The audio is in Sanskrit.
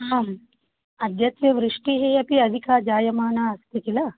आम् अद्यत्वे वृष्टिः अपि अधिका जायमाना अस्ति किल